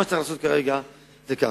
מה שצריך לעשות כרגע זה ככה,